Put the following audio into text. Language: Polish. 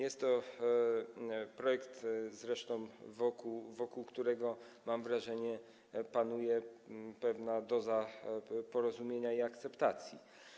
Jest to zresztą projekt, wokół którego, mam wrażenie, panuje pewna doza porozumienia i akceptacji.